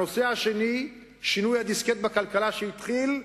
הנושא השני, שינוי הדיסקט בכלכלה, שהתחיל,